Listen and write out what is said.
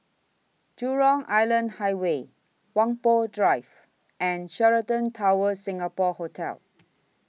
Jurong Island Highway Whampoa Drive and Sheraton Towers Singapore Hotel